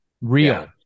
Real